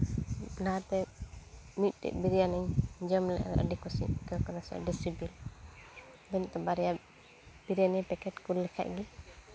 ᱚᱱᱟᱛᱮ ᱢᱤᱫᱴᱤᱡ ᱵᱤᱨᱭᱟᱱᱤ ᱡᱚᱢᱨᱮ ᱟᱹᱰᱤ ᱠᱩᱥᱤᱧ ᱟᱹᱭᱠᱟᱹᱣ ᱠᱟᱫᱟ ᱥᱮ ᱟᱹᱰᱤ ᱥᱤᱵᱤᱞ ᱱᱤᱛᱚᱜ ᱵᱟᱨᱭᱟ ᱵᱤᱨᱭᱟᱱᱤ ᱯᱮᱠᱮᱴ ᱠᱩᱞ ᱞᱮᱠᱷᱟᱡ ᱜᱮ